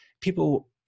people